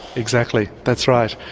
exactly, that's right.